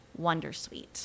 Wondersuite